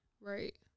Right